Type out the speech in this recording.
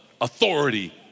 authority